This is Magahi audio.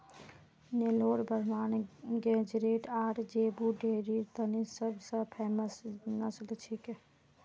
नेलोर ब्राह्मण गेज़रैट आर ज़ेबू डेयरीर तने सब स फेमस नस्ल छिके